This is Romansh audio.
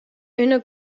üna